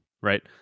right